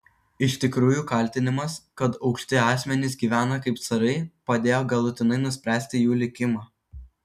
iš tikrųjų kaltinimas kad aukšti asmenys gyvena kaip carai padėjo galutinai nuspręsti jų likimą